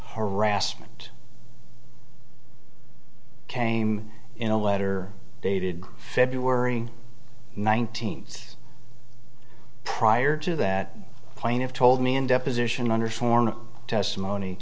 horace meant came in a letter dated february nineteenth prior to that plaintiff told me in deposition under sworn testimony